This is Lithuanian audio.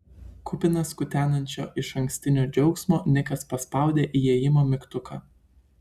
kupinas kutenančio išankstinio džiaugsmo nikas paspaudė įėjimo mygtuką